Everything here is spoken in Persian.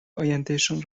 آیندهشان